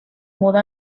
mudó